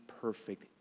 perfect